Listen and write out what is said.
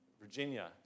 Virginia